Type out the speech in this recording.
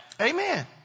Amen